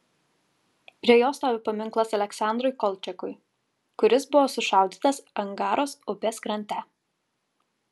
prie jo stovi paminklas aleksandrui kolčiakui kuris buvo sušaudytas angaros upės krante